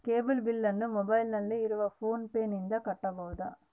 Cable ಬಿಲ್ಲನ್ನು ಮೊಬೈಲಿನಲ್ಲಿ ಇರುವ ಫೋನ್ ಪೇನಿಂದ ಕಟ್ಟಬಹುದಾ?